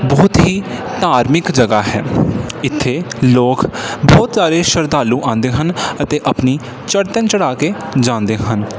ਬਹੁਤ ਹੀ ਧਾਰਮਿਕ ਜਗ੍ਹਾ ਹੈ ਇੱਥੇ ਲੋਕ ਬਹੁਤ ਸਾਰੇ ਸ਼ਰਧਾਲੂ ਅਉਂਦੇ ਹਨ ਅਤੇ ਆਪਣੀ ਚੜ੍ਹਤੇਂ ਚੜ੍ਹਾ ਕੇ ਜਾਂਦੇ ਹਨ